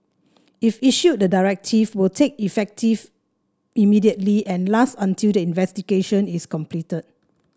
if issued the directive will take effect immediately and last until the investigation is completed